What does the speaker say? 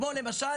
כמו למשל,